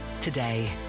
today